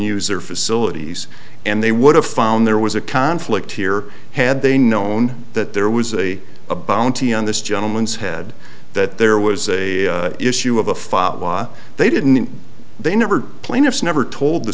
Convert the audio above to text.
use their facilities and they would have found there was a conflict here had they known that there was a a bounty on this gentleman's head that there was a issue of a fatwa they didn't they never plaintiffs never told the